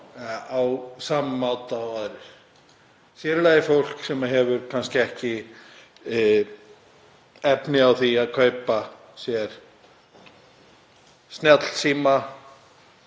á sama máta og aðrir, sér í lagi fólk sem hefur ekki efni á því að kaupa sér snjallsíma,